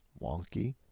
wonky